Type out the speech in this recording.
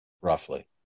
roughly